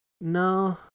No